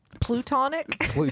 Plutonic